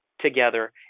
together